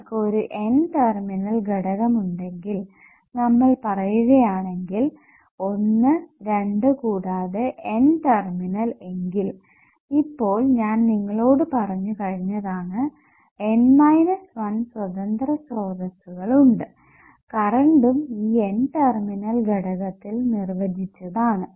നിങ്ങൾക്ക് ഒരു N terminal ഘടകം ഉണ്ടെങ്കിൽ നമ്മൾ പറയുകയാണെങ്കിൽ 1 2 കൂടാതെ N ടെർമിനൽ എങ്കിൽ ഇപ്പോൾ ഞാൻ നിങ്ങളോട് പറഞ്ഞു കഴിഞ്ഞതാണ് N 1 സ്വതന്ത്ര സ്രോതസ്സുകൾ ഉണ്ട് കറണ്ടും ഈ N ടെർമിനൽ ഘടകത്തിൽ നിർവചിച്ചതാണ്